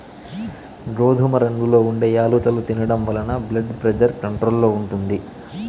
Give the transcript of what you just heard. గోధుమ రంగులో ఉండే యాలుకలు తినడం వలన బ్లెడ్ ప్రెజర్ కంట్రోల్ లో ఉంటుంది